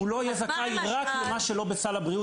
אם תגיד לי שהוא לא יהיה זכאי רק למה שלא בסל הבריאות